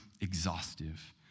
exhaustive